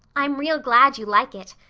i'm real glad you like it.